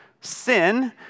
sin